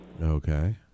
Okay